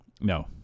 No